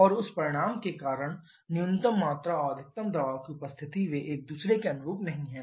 और उस परिणाम के कारण न्यूनतम मात्रा और अधिकतम दबाव की उपस्थिति वे एक दूसरे के अनुरूप नहीं हैं